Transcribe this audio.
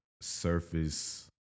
surface